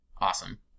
awesome